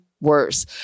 worse